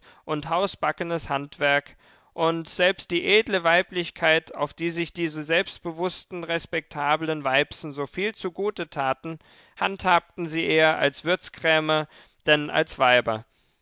und hausbackenes handwerk und selbst die edle weiblichkeit auf die sich diese selbstbewußten respektablen weibsen so viel zugute taten handhabten sie eher als würzkrämer denn als weiber